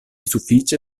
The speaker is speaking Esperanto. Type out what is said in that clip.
sufiĉe